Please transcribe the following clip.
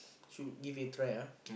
should give it a try ah